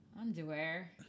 underwear